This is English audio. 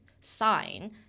sign